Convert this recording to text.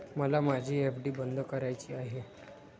मला माझी एफ.डी बंद करायची आहे